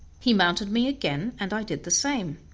he mounted me again, and i did the same.